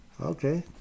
Okay